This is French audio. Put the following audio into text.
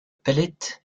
palette